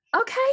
okay